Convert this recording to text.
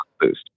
boost